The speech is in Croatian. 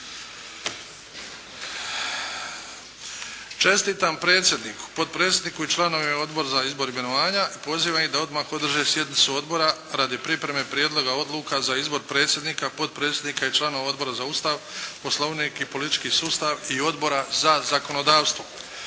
Čestitam predsjedniku, potpredsjedniku i članovima Odbora za izbor i imenovanja i pozivam ih da odmah održe sjednicu Odbora radi pripreme prijedloga odluka za izbor predsjednika, potpredsjednika i članova Odbora za Ustav, Poslovnik i politički sustav i Odbora za zakonodavstvo.